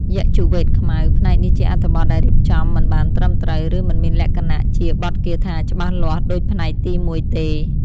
យជុវ៌េទខ្មៅ ផ្នែកនេះជាអត្ថបទដែលរៀបចំ មិនបានត្រឹមត្រូវ ឬមិនមានលក្ខណៈជាបទគាថាច្បាស់លាស់ដូចផ្នែកទីមួយទេ។